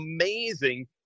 amazing